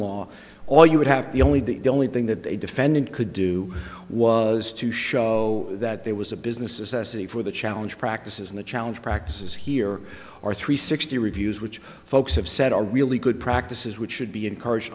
law all you would have the only the only thing that a defendant could do was to show that there was a business as a for the challenge practices in the challenge practices here are three sixty reviews which folks have said are really good practices which should be encouraged